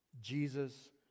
Jesus